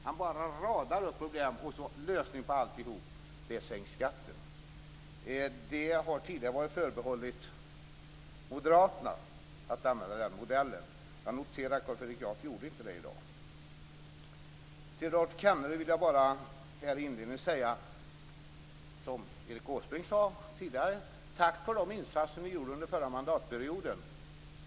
Han bara radar upp problem, och lösningen på alltihop är: Sänk skatten. Det har tidigare varit förbehållet moderaterna att använda den modellen. Jag noterar att Carl Fredrik Graf inte gjorde det i dag. Till Rolf Kenneryd vill jag här i inledningen säga som Erik Åsbrink sade tidigare i dag: Tack för de insatser ni gjorde under förra mandatperioden.